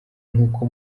nk’uko